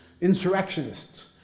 insurrectionists